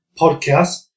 podcast